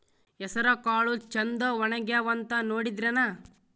ಹೆಸರಕಾಳು ಛಂದ ಒಣಗ್ಯಾವಂತ ನೋಡಿದ್ರೆನ?